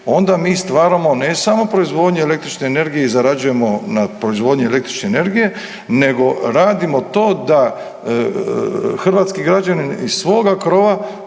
onda mi stvaramo ne samo proizvodnju električne energije i zarađujemo na proizvodnji električne energije, nego radimo to da hrvatski građanin iz svoga krova